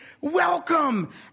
welcome